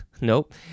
nope